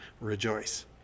rejoice